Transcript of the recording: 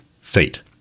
feet